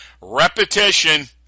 repetition